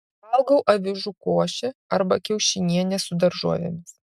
valgau avižų košę arba kiaušinienę su daržovėmis